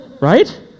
Right